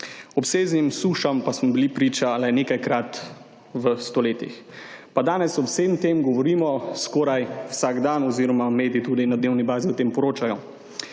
Obsežnim sušam pa smo bili priča le nekajkrat v stoletjih. Pa danes ob vsem tem govorimo skoraj vsak dan oziroma mediji tudi na dnevni bazi o tem poročajo.